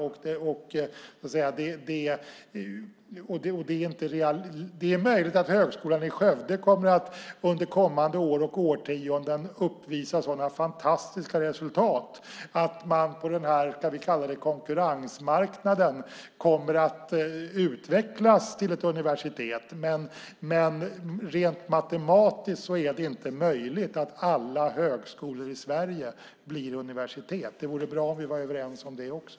Det är visserligen möjligt att Högskolan i Skövde under kommande år och årtionden kommer att uppvisa sådana fantastiska resultat att man på konkurrensmarknaden kommer att utvecklas till ett universitet. Men rent matematiskt är det inte möjligt att alla högskolor i Sverige blir universitet. Det vore bra om vi var överens om det också.